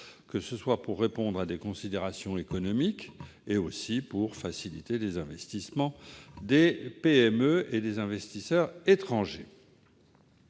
que ce soit pour répondre à des considérations économiques ou pour faciliter les investissements des PME et des investisseurs étrangers.